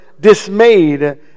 dismayed